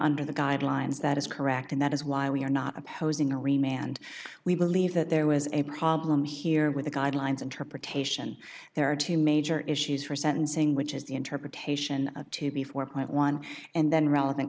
under the guidelines that is correct and that is why we are not opposing a re manned we believe that there was a problem here with the guidelines interpretation there are two major issues for sentencing which is the interpretation of to be four point one and then relevant